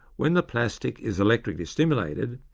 when the plastic is electrically stimulated,